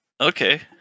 okay